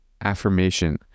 affirmation